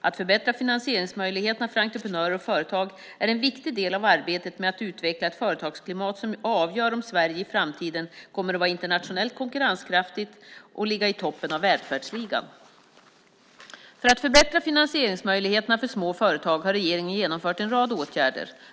Att förbättra finansieringsmöjligheterna för entreprenörer och företag är en viktig del av arbetet med att utveckla ett företagsklimat som avgör om Sverige i framtiden kommer att vara internationellt konkurrenskraftigt och ligga i toppen av välfärdsligan. För att förbättra finansieringsmöjligheterna för små företag har regeringen genomfört en rad åtgärder.